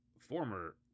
former